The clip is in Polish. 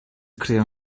kryją